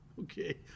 Okay